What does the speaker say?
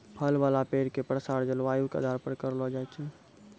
फल वाला पेड़ के प्रसार जलवायु के आधार पर करलो जाय छै